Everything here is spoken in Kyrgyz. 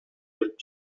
келип